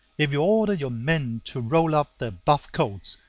if you order your men to roll up their buff-coats,